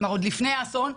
עוד לפני האסון,